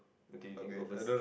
okay you can go first